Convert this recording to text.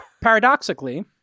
Paradoxically